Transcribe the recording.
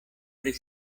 pri